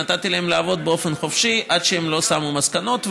נתתי להם לעבוד באופן חופשי עד שהם שמו מסקנות.